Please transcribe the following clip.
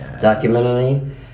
documentary